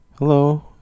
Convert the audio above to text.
Hello